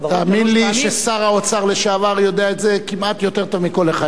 תאמין לי ששר האוצר לשעבר יודע את זה כמעט יותר טוב מכל אחד מהם.